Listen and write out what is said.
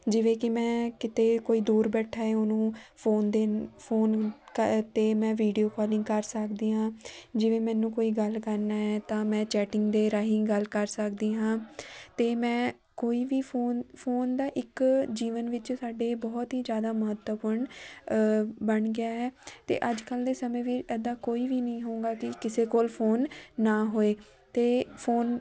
ਜਿਵੇਂ ਕਿ ਮੈਂ ਕਿਤੇ ਕੋਈ ਦੂਰ ਬੈਠਾ ਹੈ ਉਹਨੂੰ ਫੋਨ ਦੇਣ ਫੋਨ ਕ 'ਤੇ ਮੈਂ ਵੀਡੀਓ ਕੋਲਿੰਗ ਕਰ ਸਕਦੀ ਹਾਂ ਜਿਵੇਂ ਮੈਨੂੰ ਕੋਈ ਗੱਲ ਕਰਨਾ ਹੈ ਤਾਂ ਮੈਂ ਚੈਟਿੰਗ ਦੇ ਰਾਹੀਂ ਗੱਲ ਕਰ ਸਕਦੀ ਹਾਂ ਅਤੇ ਮੈਂ ਕੋਈ ਵੀ ਫੋਨ ਫੋਨ ਦਾ ਇੱਕ ਜੀਵਨ ਵਿੱਚ ਸਾਡੇ ਬਹੁਤ ਹੀ ਜ਼ਿਆਦਾ ਮਹੱਤਵਪੂਰਨ ਬਣ ਗਿਆ ਹੈ ਅਤੇ ਅੱਜ ਕੱਲ੍ਹ ਦੇ ਸਮੇਂ ਵੀ ਇੱਦਾਂ ਕੋਈ ਵੀ ਨਹੀਂ ਹੋਉਗਾ ਕਿ ਕਿਸੇ ਕੋਲ ਫੋਨ ਨਾ ਹੋਏ ਅਤੇ ਫੋਨ